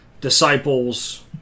disciples